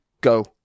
go